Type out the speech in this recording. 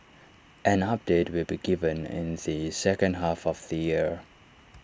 an update will be given in the second half of the year